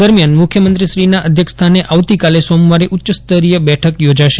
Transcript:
દરમ્યાન મુખ્યમંત્રીશ્રીના અધ્યક્ષ સ્થાને આવતી કાલે સોમવારે ઉચ્ય સ્તરીતય બેઠક યોજાશે